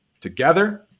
together